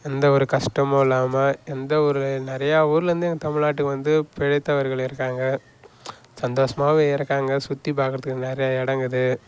எந்த ஒரு கஷ்டமும் இல்லாமல் எந்த ஒரு நிறைய ஊர்லேருந்து தமிழ்நாட்டுக்கு வந்து பிழைத்தவர்கள் இருக்காங்க சந்தோஷமாவும் இருக்காங்க சுற்றி பார்க்குறதுக்கு நிறைய இடம் இருக்குது